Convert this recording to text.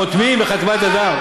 חותמים בחתימת ידם.